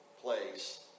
Place